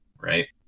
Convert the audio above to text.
Right